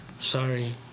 Sorry